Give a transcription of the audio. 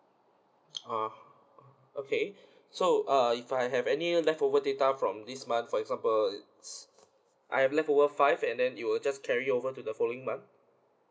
ah okay so err if I have any leftover data from this month for example I have leftover five and then it'll just carry over to the following month